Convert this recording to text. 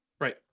right